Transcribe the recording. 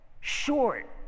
short